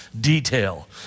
detail